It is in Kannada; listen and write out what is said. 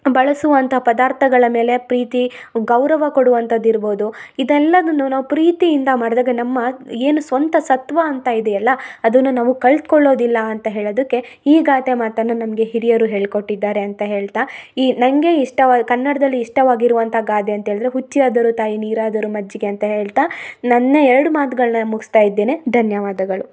ಬಳಸುವಂಥ ಪದಾರ್ಥಗಳ ಮೇಲೆ ಪ್ರೀತಿ ಗೌರವ ಕೊಡುವಂಥದ್ದು ಇರ್ಬೋದು ಇದೆಲ್ಲದನ್ನು ನಾವು ಪ್ರೀತಿಯಿಂದ ಮಾಡ್ದಾಗ ನಮ್ಮ ಏನು ಸ್ವಂತ ಸತ್ವ ಅಂತ ಇದೆಯಲ್ಲ ಅದನ್ನ ನಾವು ಕಳ್ದ್ಕೊಳ್ಳೋದಿಲ್ಲ ಅಂತ ಹೇಳದಕ್ಕೆ ಈ ಗಾದೆ ಮಾತನ್ನ ನಮಗೆ ಹಿರಿಯರು ಹೇಳ್ಕೊಟ್ಟಿದ್ದಾರೆ ಅಂತ ಹೇಳ್ತಾ ಈ ನನಗೆ ಇಷ್ಟವಾದ ಕನ್ನಡದಲ್ಲಿ ಇಷ್ಟವಾಗಿರುವಂಥ ಗಾದೆ ಅಂತ ಹೇಳಿದರೆ ಹುಚ್ಚಿ ಆದರೂ ತಾಯಿ ನೀರು ಆದರೂ ಮಜ್ಜಿಗೆ ಅಂತ ಹೇಳ್ತಾ ನನ್ನ ಎರಡು ಮಾತ್ಗಳ್ನ ಮುಗ್ಸ್ತಾ ಇದ್ದೇನೆ ಧನ್ಯವಾದಗಳು